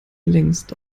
längst